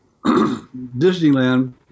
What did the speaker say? Disneyland